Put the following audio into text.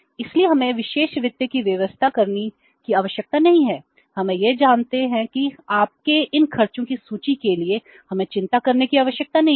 इसलिए हमें विशेष वित्त की व्यवस्था करने की आवश्यकता नहीं है हम यह जानते हैं कि आपके इन खर्चों की सूची के लिए हमें चिंता करने की आवश्यकता नहीं है